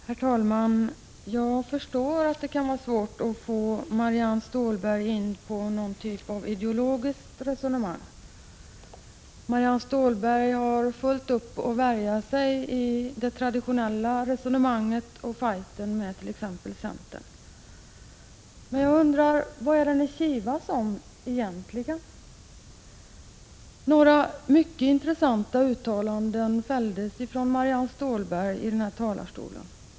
Herr talman! Jag förstår att det kan vara svårt att få Marianne Stålberg in på någon typ av ideologiskt resonemang. Marianne Stålberg har fullt upp 115 med att värja sig i det traditionella resonemanget och fighten med t.ex. centern. Men vad är det ni kivas om egentligen? Marianne Stålberg fällde några mycket intressanta uttalanden här från talarstolen.